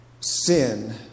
sin